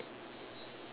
okay sure